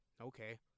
okay